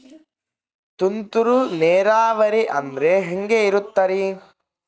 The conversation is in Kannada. ತುಂತುರು ನೇರಾವರಿ ಅಂದ್ರೆ ಹೆಂಗೆ ಇರುತ್ತರಿ?